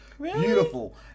beautiful